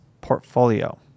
portfolio